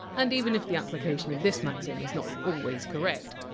and even if the application of this maxim is not always correct,